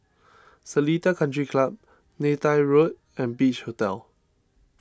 Seletar Country Club Neythai Road and Beach Hotel